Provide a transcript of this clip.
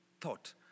thought